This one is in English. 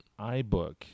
iBook